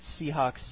Seahawks